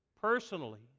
personally